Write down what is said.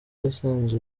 yasanze